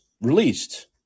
released